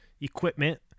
equipment